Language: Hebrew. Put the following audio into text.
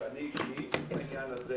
שאני אישית בעניין הזה